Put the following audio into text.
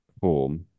home